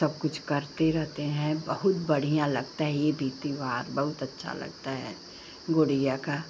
सब कुछ करते रहते हैं बहुत बढ़ियाँ लगता है यह भी त्योहार बहुत अच्छा लगता है गुड़िआ का